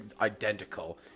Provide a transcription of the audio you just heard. identical